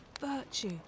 virtue